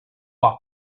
状况